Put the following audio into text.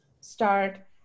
start